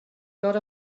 got